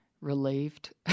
relieved